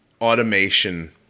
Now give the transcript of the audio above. automation